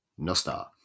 Nostar